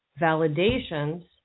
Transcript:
validations